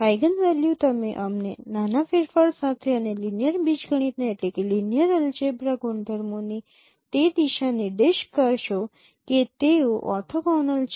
eigenvalue તમે અમને નાના ફેરફાર સાથે અને લિનિયર બીજગણિતના ગુણધર્મોથી તે દિશા નિર્દેશ કરશો કે તેઓ ઓર્થોગોનલ છે